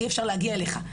אי אפשר להגיע אליך.